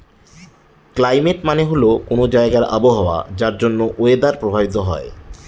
climate মানে হল কোনো জায়গার আবহাওয়া যার জন্য ওয়েদার প্রভাবিত হয়